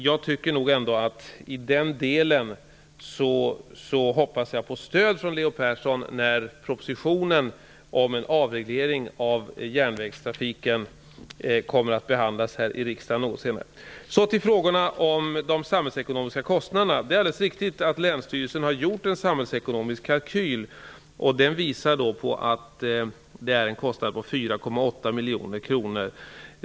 I den delen hoppas jag ändå på stöd från Leo Persson när propositionen om avreglering av järnvägstrafiken kommer att behandlas i riksdagen längre fram. Det är också riktigt att Länsstyrelsen har gjort en samhällsekonomisk kalkyl. Den visar en kostnad på 4,8 miljoner kronor.